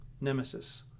Nemesis